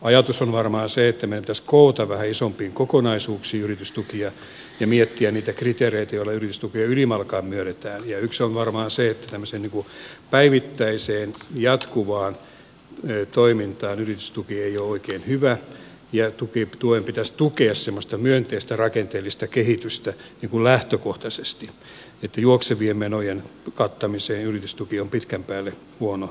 ajatus on varmaan se että meidän pitäisi koota vähän isompiin kokonaisuuksiin yritystukia ja miettiä niitä kriteereitä joilla yritystukia ylimalkaan myönnetään ja yksi on varmaan se että tämmöiseen päivittäiseen jatkuvaan toimintaan yritystuki ei ole oikein hyvä ja tuen pitäisi tukea myönteistä rakenteellista kehitystä lähtökohtaisesti joten juoksevien menojen kattamiseen yritystuki on pitkän päälle huono lähtökohta